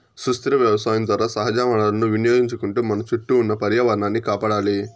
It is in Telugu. సుస్థిర వ్యవసాయం ద్వారా సహజ వనరులను వినియోగించుకుంటూ మన చుట్టూ ఉన్న పర్యావరణాన్ని కాపాడాలి